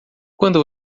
quando